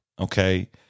Okay